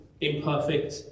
imperfect